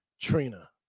Trina